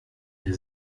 mir